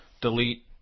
delete